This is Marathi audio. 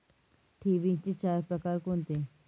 ठेवींचे चार प्रकार कोणते?